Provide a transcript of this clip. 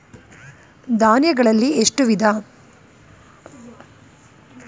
ಧಾನ್ಯಗಳಲ್ಲಿ ಎಷ್ಟು ವಿಧ?